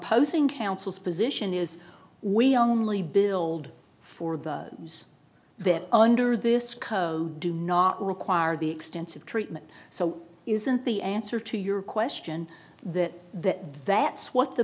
opposing counsel's position is we only build for the use that under this code do not require the extensive treatment so isn't the answer to your question that that that's what the